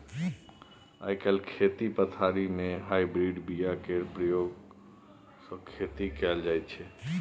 आइ काल्हि खेती पथारी मे हाइब्रिड बीया केर प्रयोग सँ खेती कएल जाइत छै